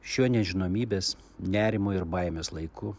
šiuo nežinomybės nerimo ir baimės laiku